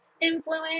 influence